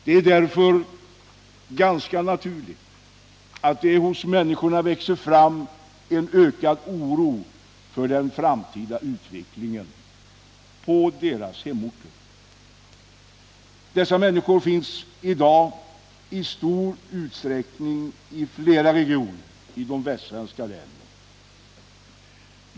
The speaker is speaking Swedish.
Det är därför ganska naturligt att det hos människorna växer fram ökad oro för den framtida utvecklingen på deras hemorter. Dessa människor finns i dag i stor utsträckning i flera regioner i det västsvenska länet.